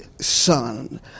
son